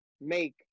make